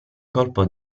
colpo